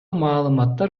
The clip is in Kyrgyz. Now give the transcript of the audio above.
маалыматтар